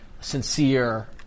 sincere